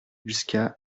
jusqu’à